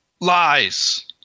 Lies